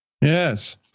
Yes